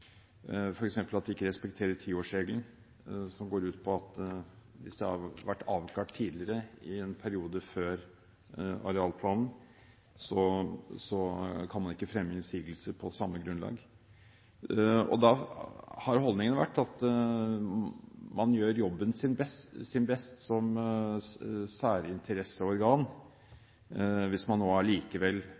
at de ikke respekterer tiårsregelen, som går ut på at hvis det har vært avklart tidligere i en periode før arealplanen, kan man ikke fremme innsigelser på samme grunnlag. Da har holdningen vært at man gjør jobben sin best som særinteresseorgan hvis man allikevel